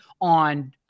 on